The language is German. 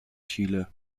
chile